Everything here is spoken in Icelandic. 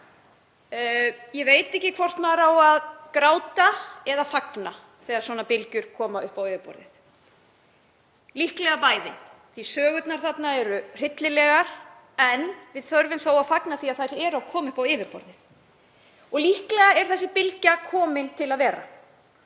Ég veit ekki hvort maður á að gráta eða fagna þegar slíkar bylgjur koma upp á yfirborðið. Líklega hvort tveggja. Sögurnar eru hryllilegar en við þurfum þó að fagna því að þær komi upp á yfirborðið. Líklega er bylgjan komin til að vera.